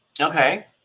Okay